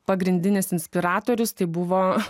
pagrindinis inspiratorius tai buvo